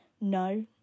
No